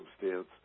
circumstance